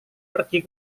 pergi